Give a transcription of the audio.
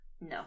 No